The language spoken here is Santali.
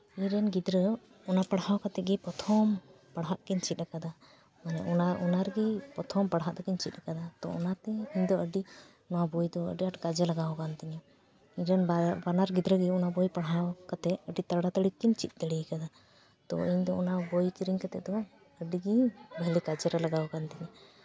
ᱟᱞᱮ ᱨᱮᱱ ᱜᱤᱫᱽᱨᱟᱹ ᱚᱱᱟ ᱯᱟᱲᱦᱟᱣ ᱠᱟᱛᱮᱫ ᱜᱮ ᱯᱨᱚᱛᱷᱚᱢ ᱯᱟᱲᱦᱟᱜ ᱠᱤᱱ ᱪᱮᱫ ᱟᱠᱟᱫᱟ ᱢᱟᱱᱮ ᱚᱱᱟ ᱨᱮᱜᱮ ᱯᱨᱚᱛᱷᱚᱢ ᱯᱟᱲᱦᱟᱜ ᱫᱚᱠᱤᱱ ᱪᱮᱫ ᱟᱠᱟᱫᱟ ᱛᱳ ᱚᱱᱟᱛᱮ ᱤᱧ ᱫᱚ ᱟᱹᱰᱤ ᱱᱚᱣᱟ ᱵᱳᱭ ᱫᱚ ᱟᱹᱰᱤ ᱟᱸᱴ ᱠᱟᱡᱮ ᱞᱟᱜᱟᱣ ᱟᱠᱟᱱ ᱛᱤᱧᱟᱹ ᱤᱧ ᱨᱮᱱ ᱵᱟᱱᱟᱨ ᱜᱤᱫᱽᱨᱟᱹᱜᱮ ᱚᱱᱟ ᱵᱳᱭ ᱯᱟᱲᱦᱟᱣ ᱠᱟᱛᱮᱫ ᱟᱹᱰᱤ ᱛᱟᱲᱟ ᱛᱟᱲᱤ ᱠᱤᱱ ᱪᱮᱫ ᱫᱟᱲᱮ ᱟᱠᱟᱫᱟ ᱛᱳ ᱤᱧ ᱫᱚ ᱚᱱᱟ ᱵᱳᱭ ᱠᱤᱨᱤᱧ ᱠᱟᱛᱮᱫ ᱫᱚ ᱟᱹᱰᱤᱜᱮ ᱵᱷᱟᱹᱞᱤ ᱠᱟᱡᱮᱨᱮ ᱞᱟᱜᱟᱣ ᱟᱠᱟᱱ ᱛᱤᱧᱟᱹ